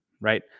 right